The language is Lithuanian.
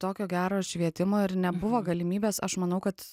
tokio gero švietimo ir nebuvo galimybės aš manau kad